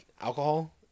alcohol